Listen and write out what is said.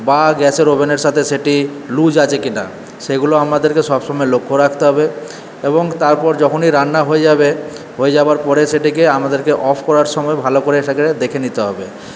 বা গ্যাসের ওভেনের সাথে সেটি লুজ আছে কিনা সেগুলো আমাদেরকে সব সময় লক্ষ্য রাখতে হবে এবং তারপর যখনই রান্না হয়ে যাবে হয়ে যাওয়ার পরে এটিকে আমাদের অফ করার সময় ভালো করে সেটাকে দেখে নিতে হবে